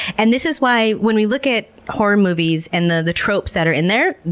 and this is why when we look at horror movies and the the tropes that are in there,